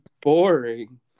boring